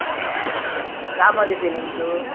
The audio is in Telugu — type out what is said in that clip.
రామోజి ఫిలీమ్స్